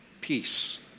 Peace